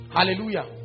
Hallelujah